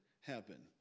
happen